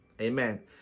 Amen